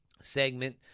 segment